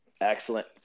Excellent